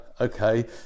okay